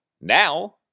now